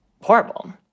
horrible